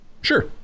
sure